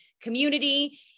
community